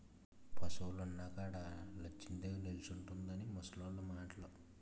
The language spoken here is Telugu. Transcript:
పశువులున్న కాడ లచ్చిందేవి నిలుసుంటుందని ముసలోళ్లు మాటలు